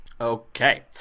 Okay